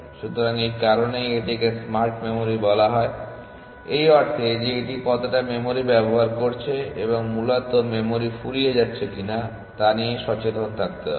সুতরাং এই কারণেই এটিকে স্মার্ট মেমরি বলা হয় এই অর্থে যে এটি কতটা মেমরি ব্যবহার করছে এবং মূলত মেমরি ফুরিয়ে যাচ্ছে কিনা তা নিয়ে সচেতন থাকতে হবে